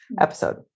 episode